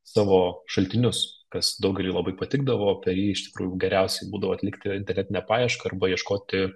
savo šaltinius kas daugeliui labai patikdavo per jį iš tikrųjų geriausiai būdavo atlikti internetinę paiešką arba ieškoti